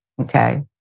okay